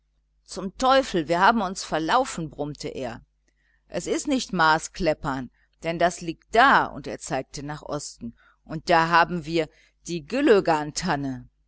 zum teufel wir haben uns verlaufen brummte er es ist nicht maaskläppan denn das liegt da und er zeigte nach osten und da haben wir die